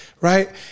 right